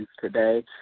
today